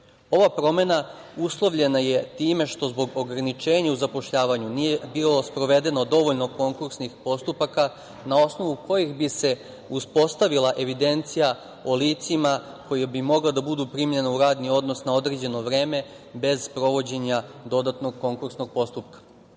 promena uslovljena je time što zbog ograničenja u zapošljavanju nije bilo sprovedeno dovoljno konkursnih postupaka na osnovu kojih bi se uspostavila evidencija o licima koja bi mogla da budu primljena u radni odnos na određeno vreme bez sprovođenja dodatnog konkursnog postupka. Takođe,